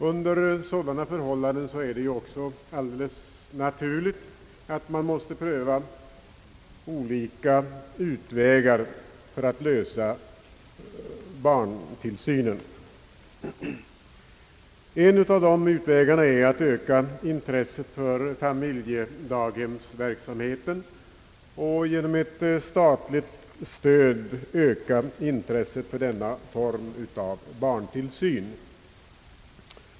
Under sådana förhållanden är det också naturligt att man måste pröva olika utvägar för att lösa barntillsynen. En av dem är att öka intresset för barndaghemsverksamheten genom ett statligt stöd för denna form av barntillsyn.